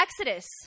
Exodus